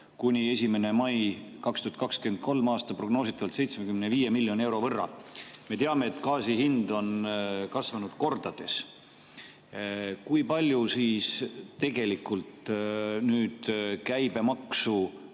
kuni 1. mai 2023. aastal prognoositavalt 75 miljoni euro võrra. Me teame, et gaasi hind on kasvanud kordades. Kui palju siis tegelikult nüüd käibemaksu